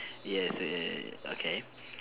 yes ye~ okay